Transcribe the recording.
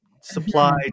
supply